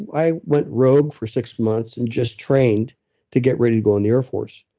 i went rogue for six months and just trained to get ready to go in the air force,